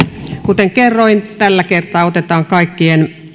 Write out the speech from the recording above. kuten kerroin tällä kertaa otetaan kaikkien